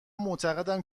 معتقدم